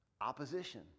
Opposition